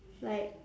like